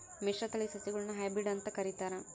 ಮಿಶ್ರತಳಿ ಸಸಿಗುಳ್ನ ಹೈಬ್ರಿಡ್ ಅಂತ ಕರಿತಾರ